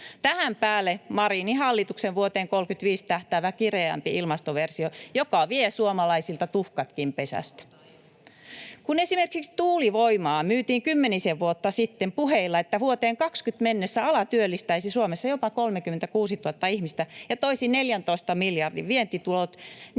tähän päälle Marinin hallituksen vuoteen 35 tähtäävä kireämpi ilmastoversio, joka vie suomalaisilta tuhkatkin pesästä. [Eva Biaudet: Unohdetaan ilmasto!] Kun esimerkiksi tuulivoimaa myytiin kymmenisen vuotta sitten puheilla, että vuoteen 20 mennessä ala työllistäisi Suomessa jopa 36 000 ihmistä ja toisi 14 miljardin vientitulot,